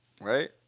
right